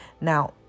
now